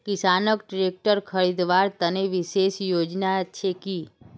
किसानोक ट्रेक्टर खरीदवार तने विशेष योजना छे कि?